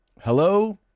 Hello